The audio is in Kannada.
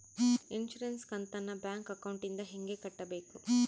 ಇನ್ಸುರೆನ್ಸ್ ಕಂತನ್ನ ಬ್ಯಾಂಕ್ ಅಕೌಂಟಿಂದ ಹೆಂಗ ಕಟ್ಟಬೇಕು?